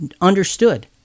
understood